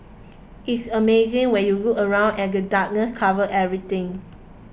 it's amazing when you look around and the darkness covers everything